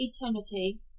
eternity